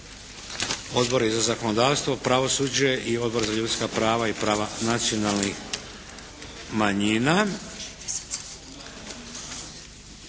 Odbori za zakonodavstvo, pravosuđe i Odbor za ljudska prava i prava nacionalnih manjina.